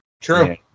True